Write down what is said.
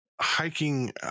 hiking